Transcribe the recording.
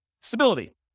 Stability